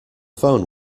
phone